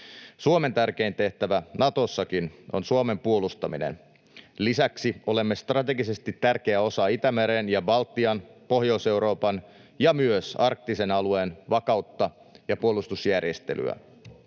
Suomen tärkein tehtävä Natossakin on Suomen puolustaminen. Lisäksi olemme strategisesti tärkeä osa Itämeren ja Baltian, Pohjois-Euroopan ja myös arktisen alueen vakautta ja puolustusjärjestelyä.